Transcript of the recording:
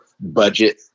budget